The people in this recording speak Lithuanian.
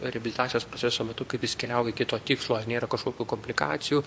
reabilitacijos proceso metu kaip jis keliauja iki to tikslo ar nėra kažkokių komplikacijų